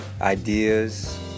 ideas